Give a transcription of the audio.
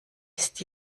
ist